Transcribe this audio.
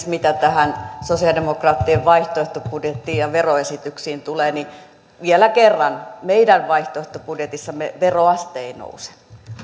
mitä tähän sosialidemokraattien vaihtoehtobudjettiin ja veroesityksiin tulee niin vielä kerran meidän vaihtoehtobudjetissamme veroaste ei nouse